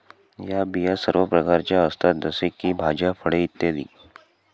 या बिया सर्व प्रकारच्या असतात जसे की भाज्या, फळे इ